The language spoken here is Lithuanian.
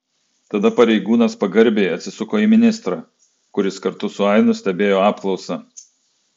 tada pareigūnas pagarbiai atsisuko į ministrą kuris kartu su ainu stebėjo apklausą